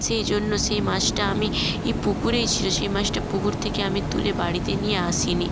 সেই জন্য সেই মাছটা আমি ই পুকুরেই ছিল সেই মাছটা পুকুর থেকে আমি তুলে বাড়িতে নিয়ে আসিনি